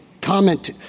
comment